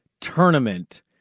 tournament